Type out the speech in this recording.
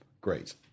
Great